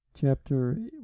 Chapter